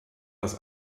das